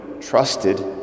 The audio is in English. trusted